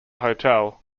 hotel